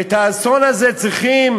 ואת האסון הזה צריכים